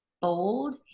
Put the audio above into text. bold